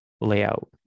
layout